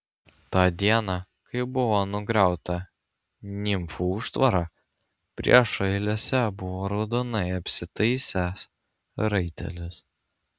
tą dieną kai buvo nugriauta nimfų užtvara priešo eilėse buvo raudonai apsitaisęs raitelis